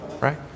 right